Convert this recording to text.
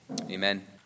Amen